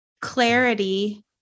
clarity